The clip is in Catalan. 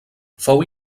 fou